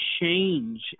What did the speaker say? Change